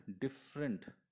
different